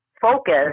focus